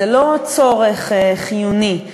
זה לא צורך חיוני,